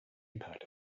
impact